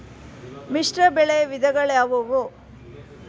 ಮಿಶ್ರಬೆಳೆ ವಿಧಗಳಾವುವು?